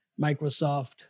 Microsoft